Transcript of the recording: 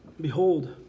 Behold